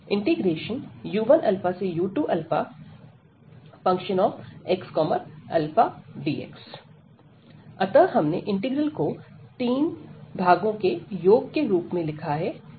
u1αu1fxαdxu1u2fxαΔαdxu2u2αΔαfxαΔαdx u1u2fxαdx अतः हमने इंटीग्रल को तीन भागों के योग के रूप में लिखा है